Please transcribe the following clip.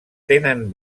tenen